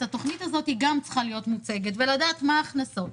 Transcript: התוכנית הזאת גם צריכה להיות מוצגת כדי לדעת מה ההכנסות,